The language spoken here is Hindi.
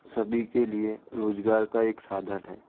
सभी के लिए रोज़गार का एक साधन हैं